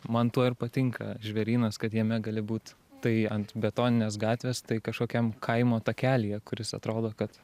man tuo ir patinka žvėrynas kad jame gali būt tai ant betoninės gatvės tai kažkokiam kaimo takelyje kuris atrodo kad